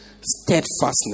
steadfastness